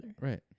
right